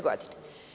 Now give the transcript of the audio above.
Godine.